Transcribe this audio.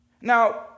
Now